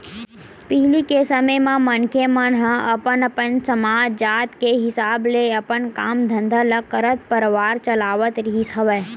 पहिली के समे म मनखे मन ह अपन अपन समाज, जात के हिसाब ले अपन काम धंधा ल करत परवार चलावत रिहिस हवय